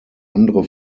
andere